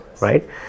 right